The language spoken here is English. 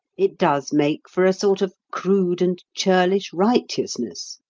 it does make for a sort of crude and churlish righteousness.